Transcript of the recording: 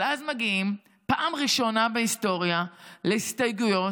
אבל אז מגיעים פעם ראשונה בהיסטוריה להסתייגויות,